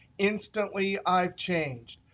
instantly i've changed.